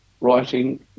writing